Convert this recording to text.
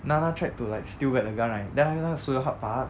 na na tried to like steal back the gun right then 他那个 seo yong hak 把她